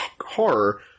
horror